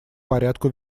порядку